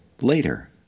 later